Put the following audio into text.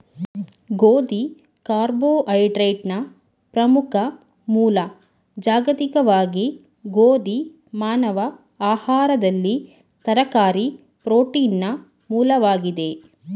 ಗೋಧಿ ಕಾರ್ಬೋಹೈಡ್ರೇಟ್ನ ಪ್ರಮುಖ ಮೂಲ ಜಾಗತಿಕವಾಗಿ ಗೋಧಿ ಮಾನವ ಆಹಾರದಲ್ಲಿ ತರಕಾರಿ ಪ್ರೋಟೀನ್ನ ಮೂಲವಾಗಿದೆ